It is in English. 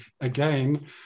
again